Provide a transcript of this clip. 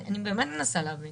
אני באמת מנסה להבין.